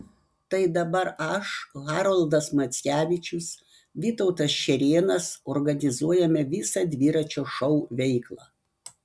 tai dabar aš haroldas mackevičius vytautas šerėnas organizuojame visą dviračio šou veiklą